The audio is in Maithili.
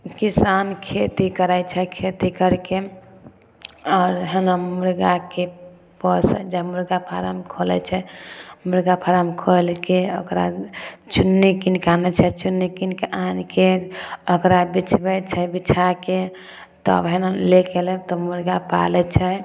किसान खेती करै छै खेती करिके आओर हइ ने मुरगाके पोसै जे मुरगा फारम खोलै छै मुरगा फारम खोलिके ओकरा चुन्नी कीनिके आनै छै चुन्नी कीनिके आनिके ओकरा बिछबै छै बिछाके तब हइ ने लेके अएलक तऽ मुरगा पालै छै